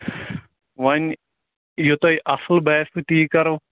وۅنۍ یہِ تۅہہِ اصٕل باسوٕ تی کَرو